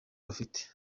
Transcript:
bafite